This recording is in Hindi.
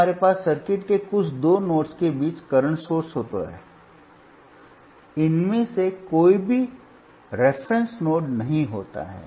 इसमें हमारे पास सर्किट के कुछ दो नोड्स के बीच करंट सोर्स होता है इनमें से कोई भी रेफरेंस नोड नहीं होता है